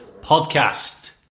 podcast